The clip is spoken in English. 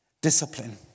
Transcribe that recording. discipline